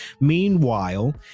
Meanwhile